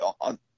on